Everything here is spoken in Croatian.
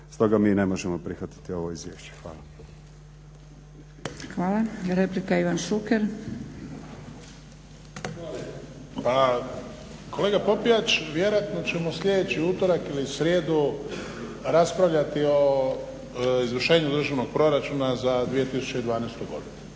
Stoga mi ne možemo prihvatiti ovo izvješće. Hvala. **Zgrebec, Dragica (SDP)** Hvala. I replika Ivan Šuker. **Šuker, Ivan (HDZ)** Pa kolega Popijač vjerojatno ćemo sljedeći utorak ili srijedu raspravljati o izvršenju državnog proračuna za 2012. godinu.